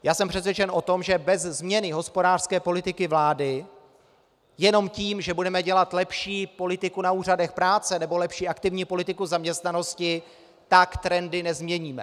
Já jsem přesvědčen o tom, že bez změny hospodářské politiky vlády, jenom tím, že budeme dělat lepší politiku na úřadech práce nebo lepší aktivní politiku zaměstnanosti, trendy nezměníme.